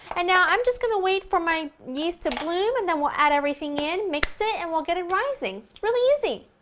and now i'm just going to wait for my yeast to bloom, and then we'll add everything in, mix it and we'll get it rising! it's really easy!